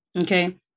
Okay